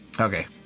Okay